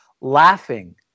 laughing